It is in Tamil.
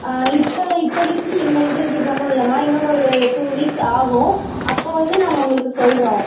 இப்போ இப்போதைக்கு எந்த எண்ட்ரன்ஸ் எக்ஸாமும் இல்லைம்மா இன்னும் ஒரு டூ வீக்ஸ் ஆகும் அப்போ வந்து நாங்கள் உங்களுக்கு சொல்கிறோம்